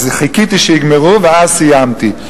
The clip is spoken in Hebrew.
אז חיכיתי שיגמרו ואז סיימתי.